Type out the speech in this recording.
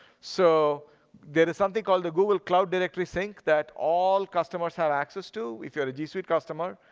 so there is something called the google cloud directory sync that all customers have access to if you're a g suite customer.